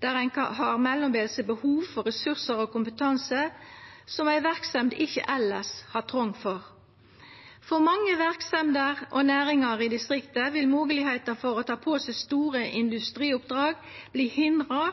der ein har mellombelse behov for ressursar og kompetanse som ei verksemd ikkje elles har trong for. For mange verksemder og næringar i distrikta vil moglegheita for å ta på seg store industrioppdrag verta hindra